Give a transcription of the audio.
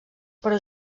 però